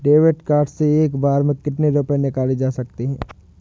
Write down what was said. David card से एक बार में कितनी रूपए निकाले जा सकता है?